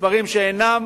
מספרים שאינם